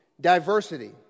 diversity